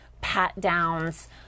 pat-downs